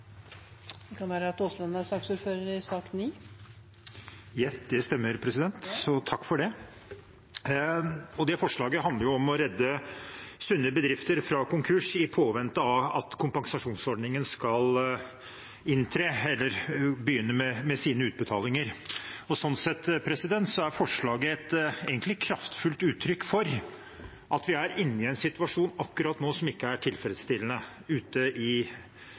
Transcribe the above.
i sak nr. 9 handler om å redde sunne bedrifter fra konkurs i påvente av at utbetalingene fra kompensasjonsordningen skal begynne. Sånn sett er forslaget et kraftfullt uttrykk for at vi er inne i en situasjon akkurat nå som ikke er tilfredsstillende ute i